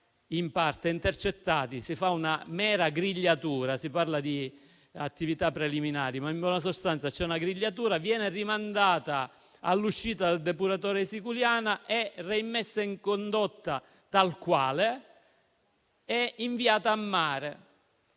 in parte intercettata. Si fa una mera grigliatura. Si parla di attività preliminari, ma, in buona sostanza, vi è una grigliatura, l'acqua viene rimandata all'uscita dal depuratore di Siculiana, reimmessa in condotta tal quale ed inviata a mare.